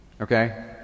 okay